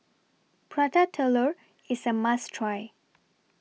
Prata Telur IS A must Try